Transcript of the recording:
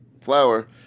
flour